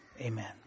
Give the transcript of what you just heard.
Amen